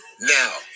Now